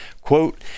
quote